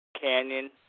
Canyon